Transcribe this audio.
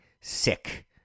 sick